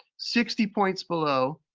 sixty points below.